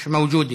מיש מווג'ודה,